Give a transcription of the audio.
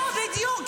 זהו בדיוק.